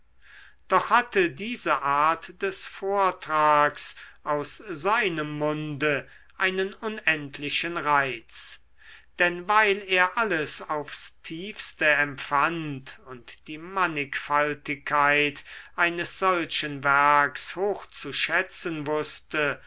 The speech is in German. doch hatte diese art des vortrags aus seinem munde einen unendlichen reiz denn weil er alles aufs tiefste empfand und die mannigfaltigkeit eines solchen werks hochzuschätzen wußte